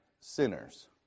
sinners